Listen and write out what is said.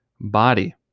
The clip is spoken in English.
body